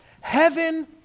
heaven